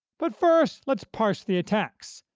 but first, let's parse the attacks,